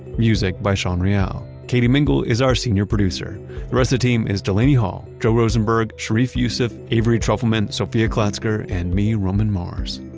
music by sean real. katie mingle is our senior producer. the rest of the team is delaney hall, joe rosenberg, sharif youssef, avery trufelman, sophia klatkzer and me, roman mars.